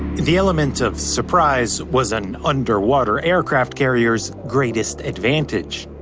the element of surprise was an underwater aircraft carrier's greatest advantage.